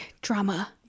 Drama